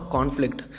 Conflict